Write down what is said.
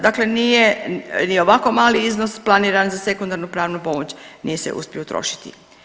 Dakle, nije ni ovako mali iznos planira za sekundarnu pravnu pomoć nije se uspio utrošiti.